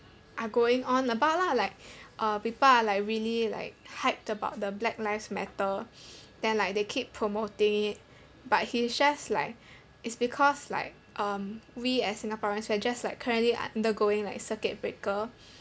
are going on about lah like uh people are like really like hyped about the black lives matter then like they keep promoting it but he shares like it's because like um we as singaporeans we are just like currently undergoing like circuit breaker